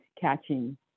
catching